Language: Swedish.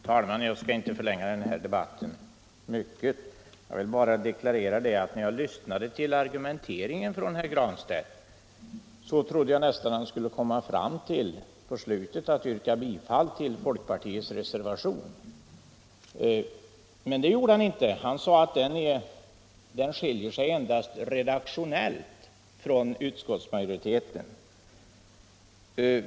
Herr talman! Jag skall inte förlänga denna debatt. Jag vill bara deklarera att när jag lyssnade till argumenteringen från herr Granstedt, trodde jag nästan att han på slutet skulle komma fram till att yrka bifall till folkpartiets reservation. Men det gjorde han inte. Herr Granstedt sade att vår reservation skiljer sig endast redaktionellt från utskottsmajoritetens förslag.